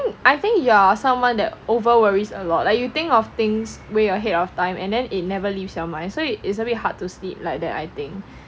I think you're someone that over worries a lot like you think of things way ahead of time and then it never leaves your mind so it is a bit hard to sleep like that I think